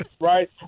right